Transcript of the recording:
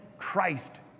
Christ